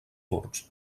turcs